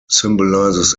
symbolizes